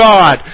God